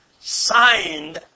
signed